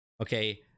Okay